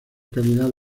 calidad